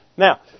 Now